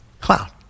cloud